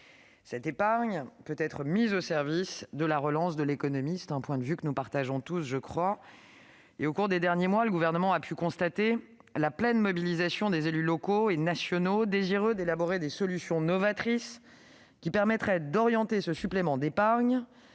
Cette épargne peut être mise au service de la relance de l'économie. Nous partageons tous ce point de vue, me semble-t-il. Au cours des derniers mois, le Gouvernement a pu constater la pleine mobilisation des élus locaux et nationaux, désireux d'élaborer des solutions novatrices qui permettraient d'orienter ce supplément d'épargne